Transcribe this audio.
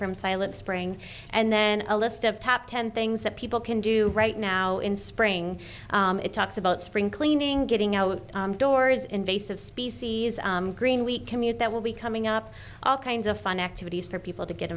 from silent spring and then a list of top ten things that people can do right now in spring it talks about spring cleaning getting out doors invasive species green week commute that will be coming up all kinds of fun activities for people to get